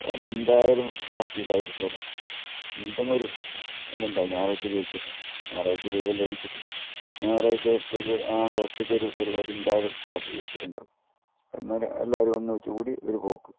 അന്ന് എന്തായാലും പാർട്ടി ഇല്ലാതിരിക്കില്ല എന്തെങ്കിലും ഒരു ഇതുണ്ടാകും ഞായറാഴ്ച ലീവല്ലെ എന്ന് വച്ചിട്ട് ഞായറാഴ്ച ആ ദിവസത്തേക്ക് ഒരു പരിപാടി എന്തായാലും ആഗ്രഹിച്ചിട്ടുണ്ടാകും എന്നാലും എല്ലാവരും കൂടി ഒന്നിച്ചൊരു പോക്ക്